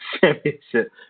championship